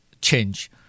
change